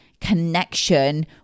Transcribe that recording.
connection